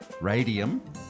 Radium